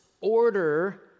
order